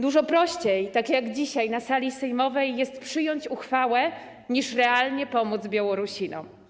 Dużo prościej, tak jak dzisiaj na sali sejmowej, jest przyjąć uchwałę, niż realnie pomóc Białorusinom.